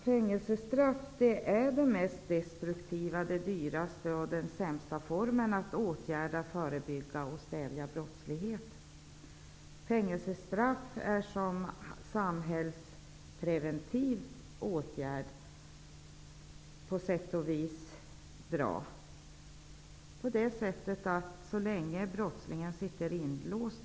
Fängelsestraff är den mest destruktiva och den dyraste men också den sämsta formen när det gäller att åtgärda, förebygga och stävja brottslighet. Fängelsestraff är på sätt och vis bra som samhällspreventiv åtgärd så till vida att brottslingen inte kan begå brott så länge vederbörande sitter inlåst.